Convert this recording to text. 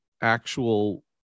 actual